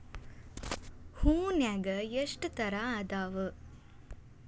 ಹೂನ್ಯಾಗ ಎಷ್ಟ ತರಾ ಅದಾವ್?